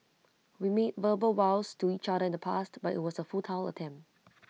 we made verbal vows to each other in the past but IT was A futile attempt